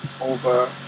over